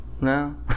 No